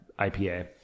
IPA